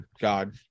God